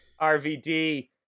RVD